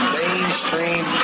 mainstream